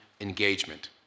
engagement